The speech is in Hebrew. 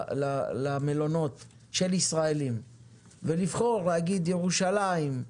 ישראלים למלונות ובוחרים ירושלים,